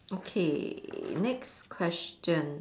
okay next question